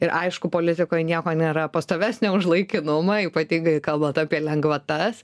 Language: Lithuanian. ir aišku politikoj nieko nėra pastovesnio už laikinumą ypatingai kalbant apie lengvatas